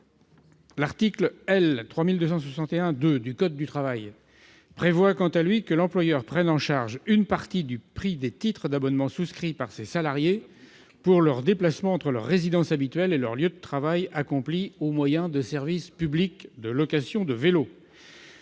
L'article L. 3261-2 du code du travail prévoit quant à lui que l'employeur prenne en charge une partie du prix des titres d'abonnements souscrits par ses salariés pour leurs déplacements entre leur résidence habituelle et leur lieu de travail accomplis au moyen d'un service public de location de vélos.